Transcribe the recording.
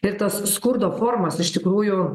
ir tos skurdo formos iš tikrųjų